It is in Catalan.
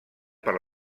per